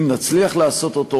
אם נצליח לעשות אותו,